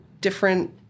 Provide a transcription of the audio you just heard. different